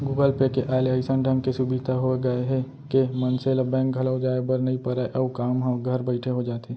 Google pay के आय ले अइसन ढंग के सुभीता हो गए हे के मनसे ल बेंक घलौ जाए बर नइ परय अउ काम ह घर बइठे हो जाथे